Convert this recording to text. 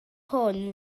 hwn